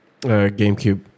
GameCube